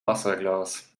wasserglas